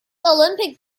olympic